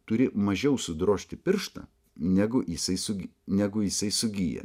turi mažiau sudrožti pirštą negu jisai su negu jisai sugyja